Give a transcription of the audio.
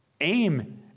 aim